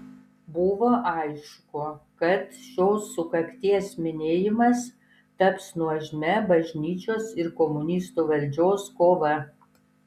buvo aišku kad šios sukakties minėjimas taps nuožmia bažnyčios ir komunistų valdžios kova